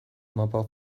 mapa